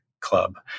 Club